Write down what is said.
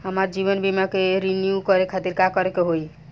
हमार जीवन बीमा के रिन्यू करे खातिर का करे के होई?